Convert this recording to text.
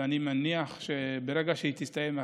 ואני מניח שברגע שהיא תסתיים,